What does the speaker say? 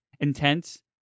intense